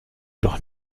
doch